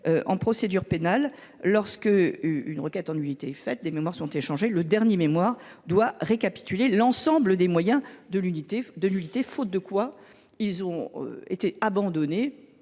en procédure pénale, lorsqu’une requête en nullité est faite, des mémoires sont échangés : le dernier mémoire doit récapituler l’ensemble des moyens de nullité, faute de quoi ils sont abandonnés.